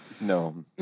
No